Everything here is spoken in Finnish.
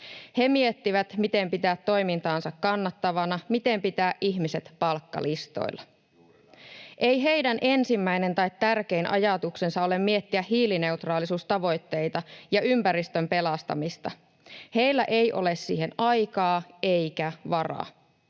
He miettivät, miten pitää toimintaansa kannattavana, miten pitää ihmiset palkkalistoilla. Ei heidän ensimmäinen tai tärkein ajatuksensa ole miettiä hiilineutraalisuustavoitteita ja ympäristön pelastamista. Heillä ei ole siihen aikaa eikä varaa.